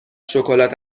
شکلات